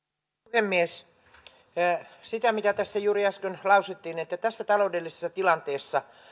puhemies siitä mitä tässä juuri äsken lausuttiin että tässä taloudellisessa tilanteessa